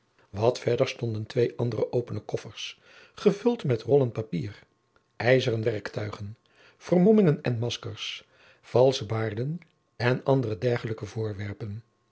wat verder stonden twee andere opene koffers gevuld met rollen papier ijzeren werktuigen vermommingen en maskers valsche baarden en andere dergelijke voorwerpen